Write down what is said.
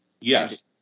Yes